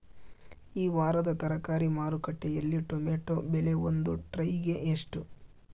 ಈ ವಾರದ ತರಕಾರಿ ಮಾರುಕಟ್ಟೆಯಲ್ಲಿ ಟೊಮೆಟೊ ಬೆಲೆ ಒಂದು ಟ್ರೈ ಗೆ ಎಷ್ಟು?